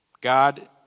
God